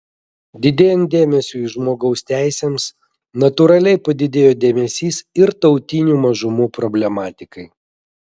didėjant dėmesiui žmogaus teisėms natūraliai padidėjo dėmesys ir tautinių mažumų problematikai